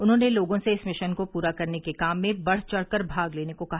उन्होंने लोगों से इस मिशन को पूरा करने के काम में बढ़ चढ़ कर भाग लेने को कहा